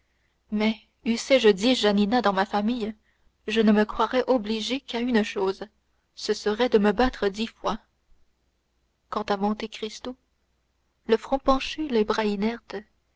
mais eussé-je dix janina dans ma famille je ne me croirais obligé qu'à une chose ce serait de me battre dix fois quant à monte cristo le front penché les bras inertes